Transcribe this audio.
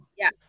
Yes